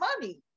money